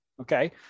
Okay